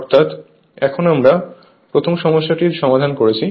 অর্থাৎ এখন আমরা প্রথম সমস্যাটির সমাধান করেছি